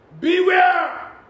Beware